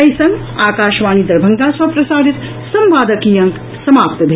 एहि संग आकाशवाणी दरभंगा सँ प्रसारित संवादक ई अंक समाप्त भेल